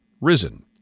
risen